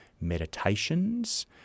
meditations